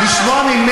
שמעתי והשתכנעתי,